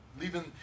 Leaving